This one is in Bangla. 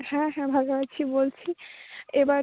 হ্যাঁ হ্যাঁ ভালো আছি বলছি এবার